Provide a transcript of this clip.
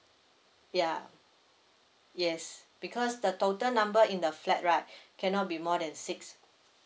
yeah yes because the total number in the flat right cannot be more than six